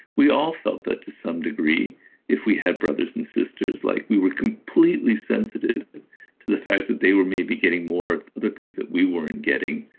we all felt that to some degree if we had brothers and sisters like we were completely sensitive to the fact that they were maybe getting more of the things that we weren't getting.